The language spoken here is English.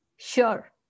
Sure